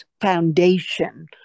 foundation